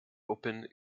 open